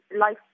life